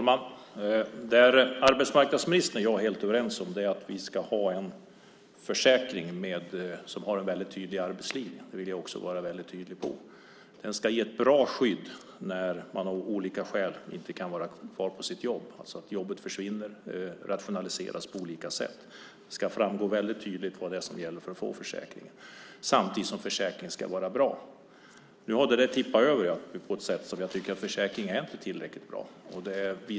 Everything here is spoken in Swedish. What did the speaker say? Fru talman! Arbetsmarknadsministern och jag är helt överens om att det ska finnas en försäkring med en tydlig arbetslinje. Där vill jag vara tydlig. Den ska ge ett bra skydd när man av olika skäl inte kan vara kvar på sitt jobb. Det kan försvinna, till exempel rationaliseras bort. Det ska tydligt framgå vad som gäller för att få försäkringen samtidigt som försäkringen ska vara bra. Nu har detta tippat över så att försäkringen inte är tillräckligt bra.